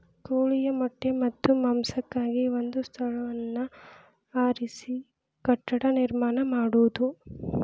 ಕೋಳಿಯ ಮೊಟ್ಟೆ ಮತ್ತ ಮಾಂಸಕ್ಕಾಗಿ ಒಂದ ಸ್ಥಳವನ್ನ ಆರಿಸಿ ಕಟ್ಟಡಾ ನಿರ್ಮಾಣಾ ಮಾಡುದು